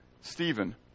Stephen